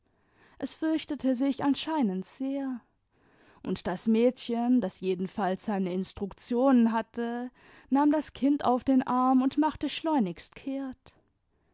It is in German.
es fürchtete sich anscheinend sehr imd das mädchen das jedenfalls seine instruktionen hatte nahm das kind auf den arm und machte schleunigst kehrt